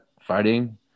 fighting